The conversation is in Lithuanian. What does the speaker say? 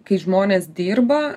kai žmonės dirba